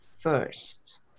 first